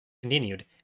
Continued